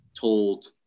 told